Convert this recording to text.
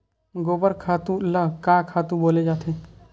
गोबर खातु ल का खातु बोले जाथे?